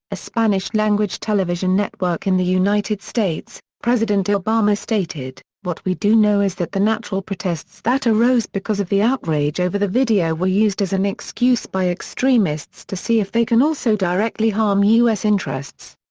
a spanish-language television network in the united states, president obama stated, what we do know is that the natural protests that arose because of the outrage over the video were used as an excuse by extremists to see if they can also directly harm u s. interests.